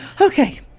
Okay